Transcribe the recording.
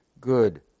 good